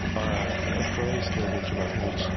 ah a phrase came into my head,